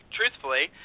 truthfully